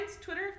Twitter